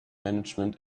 management